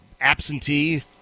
Absentee